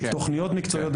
מקצועי.